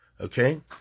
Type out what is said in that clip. Okay